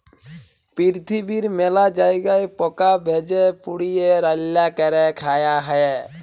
পিরথিবীর মেলা জায়গায় পকা ভেজে, পুড়িয়ে, রাল্যা ক্যরে খায়া হ্যয়ে